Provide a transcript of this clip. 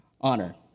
honor